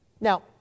Now